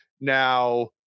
Now